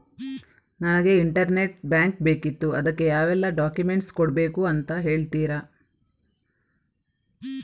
ನನಗೆ internet bank ಬೇಕಿತ್ತು ಅದಕ್ಕೆ ಯಾವೆಲ್ಲಾ ಡಾಕ್ಯುಮೆಂಟ್ಸ್ ಕೊಡ್ಬೇಕು ಅಂತ ಹೇಳ್ತಿರಾ?